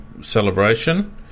celebration